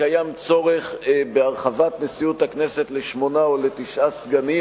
קיים צורך בהרחבת נשיאות הכנסת לשמונה או לתשעה סגנים,